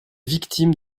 victime